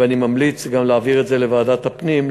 ואני ממליץ להעביר אותו לוועדת הפנים,